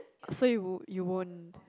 so you you won't